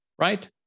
Right